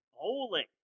Bowling